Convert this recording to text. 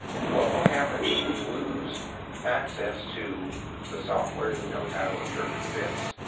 what will happen if we lose access to the software that knows how to interpret the bits?